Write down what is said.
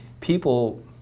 people